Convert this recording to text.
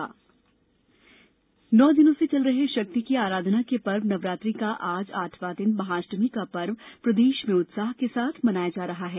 महाष्टमी नौ दिनों से चल रहे शक्ति की आराधना के पर्व नवरात्रि का आज आठवां दिन महाअष्टमी का पर्व प्रदेश में उत्साह के साथ मनाया जा रहा है